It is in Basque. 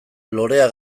lorea